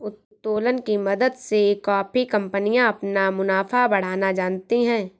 उत्तोलन की मदद से काफी कंपनियां अपना मुनाफा बढ़ाना जानती हैं